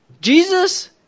Jesus